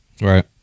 Right